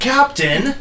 Captain